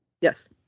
Yes